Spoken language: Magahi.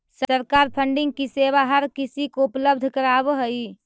सरकार फंडिंग की सेवा हर किसी को उपलब्ध करावअ हई